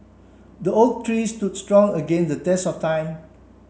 the oak tree stood strong against the test of time